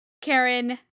Karen